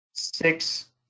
six